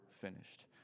finished